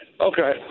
Okay